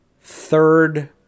third